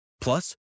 Plus